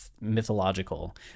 mythological